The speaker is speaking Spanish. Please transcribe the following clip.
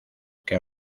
que